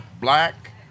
black